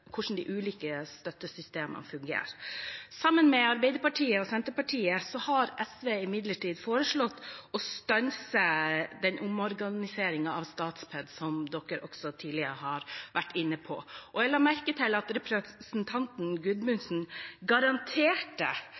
støttesystemene fungerer. Sammen med Arbeiderpartiet og Senterpartiet har SV imidlertid foreslått å stanse den omorganiseringen av Statped som man også tidligere har vært inne på. Jeg la merke til at representanten Gudmundsen garanterte